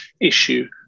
issue